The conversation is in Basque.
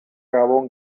gabon